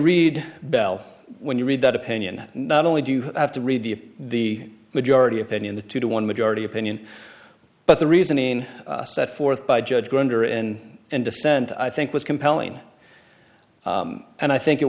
read bell when you read that opinion not only do you have to read the majority opinion the two to one majority opinion but the reasoning set forth by judge grounder in and dissent i think was compelling and i think it